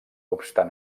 obstant